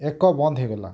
ଏକ ବନ୍ଦ ହେଇଗଲା